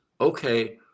okay